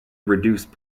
reduce